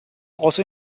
also